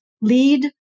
lead